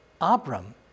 Abram